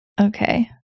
Okay